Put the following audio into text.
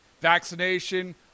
Vaccination